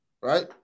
right